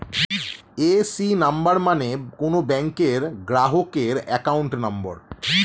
AC number মানে কোন ব্যাংকের গ্রাহকের অ্যাকাউন্ট নম্বর